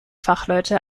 fachleute